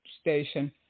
station